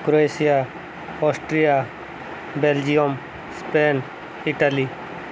Croatia Austria Belgium Spain Italy